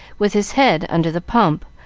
with his head under the pump,